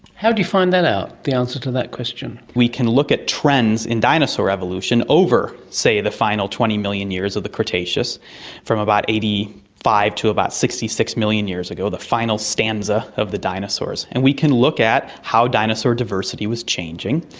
how do you find that out, the answer to that question? we can look at trends in dinosaur evolution over, say, the final twenty million years of the cretaceous from about eighty five to about sixty six million years ago, the final stanza of the dinosaurs. and we can look at how dinosaur diversity was changing.